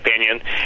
opinion